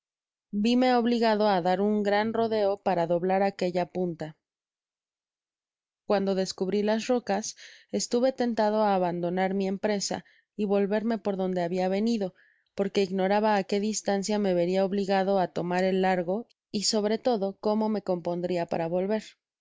vime obligado á dar un gran rodeo para doblar aquella punta cuando descubri las rocas estuve tentado á aban donar mi empresa y volverme por donde habia venido porque ignoraba á qué distancia me veria obligado á tomar el largo y sobre todo cómo me compondria para volver en